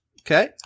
Okay